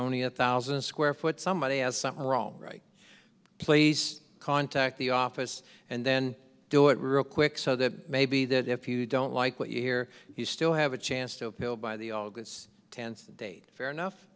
only a thousand square foot somebody has something wrong right please contact the office and then do it real quick so that maybe that if you don't like what you hear you still have a chance to appeal by the all that's tense date fair enough